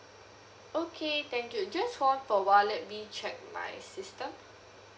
okay thank you just hold on for awhile let me check my system